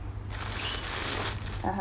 (uh huh)